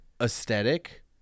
aesthetic